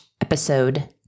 episode